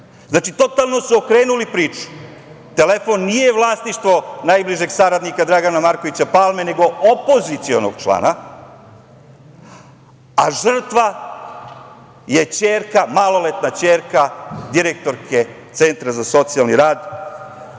totalno su okrenuli priču. Telefon nije vlasništvo najbližeg saradnika Dragana Markovića Palme, nego opozicionog člana, a žrtva je ćerka, maloletna ćerka direktorke Centra za socijalni rad,